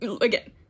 again